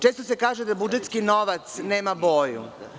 Često se kaže da budžetski novac nema boju.